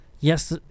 Yes